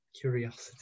curiosity